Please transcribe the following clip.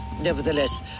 Nevertheless